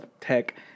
tech